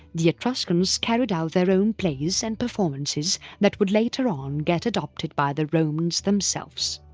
the etruscans carried out their own plays and performances that would later on get adopted by the romans themselves.